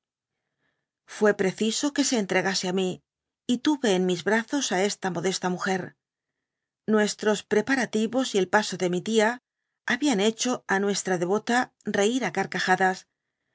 fué presiso que se entregase á mi y tuve en mis brazos á esta oíodesta muger nuestros preparatíyos y el paso de mi tía hab'an he cbo á nuestra devota reir á carcajadas